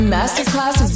Masterclass